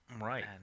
right